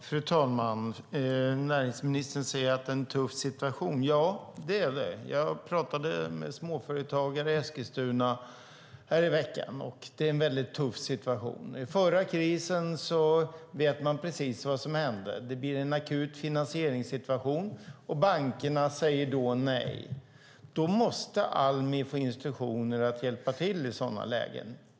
Fru talman! Näringsministern säger att det är en tuff situation. Ja, det är det. Jag pratade med småföretagare i Eskilstuna i veckan, och de berättade att det är en väldigt tuff situation. Man vet vad som hände i förra krisen: Det blir en akut finansieringssituation, och bankerna säger då nej. I sådana lägen måste Almi få instruktioner att hjälpa till.